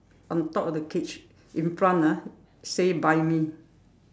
on top of the cage in front ah say buy me